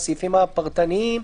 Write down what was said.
הסעיפים הפרטניים.